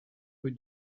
rue